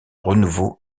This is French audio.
renouveau